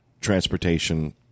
transportation